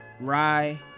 rye